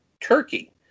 Turkey